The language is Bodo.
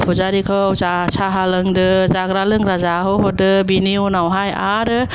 फुजारिखौ जा साहा लोंदो जाग्रा लोंग्रा जाहोहरदो बेनि उनावहाय आरो